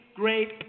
great